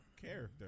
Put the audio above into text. character